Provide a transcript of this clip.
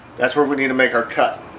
that's where we need to make our cut